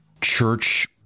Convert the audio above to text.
church